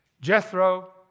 Jethro